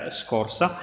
scorsa